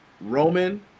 Roman